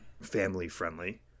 family-friendly